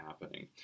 happening